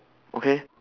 okay